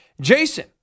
Jason